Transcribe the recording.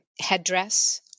headdress